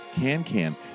Can-Can